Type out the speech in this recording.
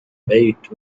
بيت